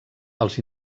als